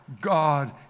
God